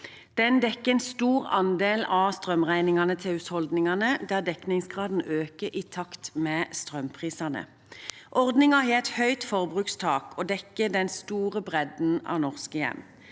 Den dekker en stor andel av strømregningene til husholdningene, der dekningsgraden øker i takt med strømprisene. Ordningen har et høyt forbrukstak og dekker den store bredden av norske hjem.